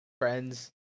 friends